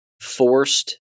forced